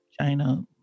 China